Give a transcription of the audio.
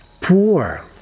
poor